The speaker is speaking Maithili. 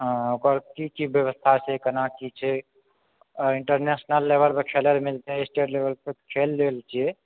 हँ पर की की व्यवस्था छै केना की छै इंटरनेशनल लेवल पर खेलै लए मिलतै स्टेट लेवल पर खेल लेल छियै